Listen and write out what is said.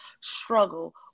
struggle